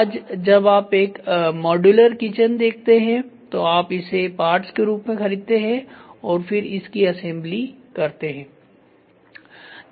आज जब आप एक मॉड्यूलर किचन खरीदते हैं तो आप इसे पार्ट्स के रूप में खरीदते हैं और फिर इसकी असेंबली करते हैं